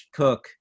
cook